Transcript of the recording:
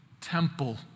temple